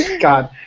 God